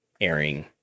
airing